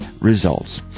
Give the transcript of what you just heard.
results